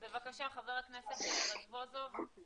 בבקשה, חבר הכנסת רזבוזוב.